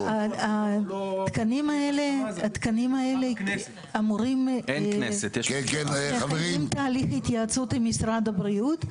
התקנים האלה אמורים עוברים תהליך התייעצות עם משרד הבריאות,